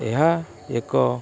ଏହା ଏକ